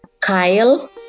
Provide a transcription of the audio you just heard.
Kyle